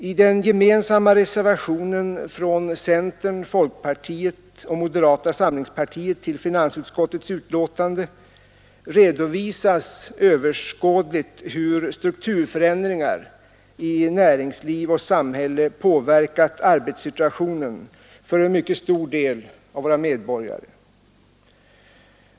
I den gemensamma reservationen 1 från centern, folkpartiet och moderata samlingspartiet vid finansutskottets betänkande redov. as överskådligt hur strukturförändringar i näringsliv och samhälle påverkat arbetssituationen för en mycket stor del av våra medborgare.